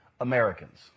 Americans